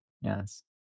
yes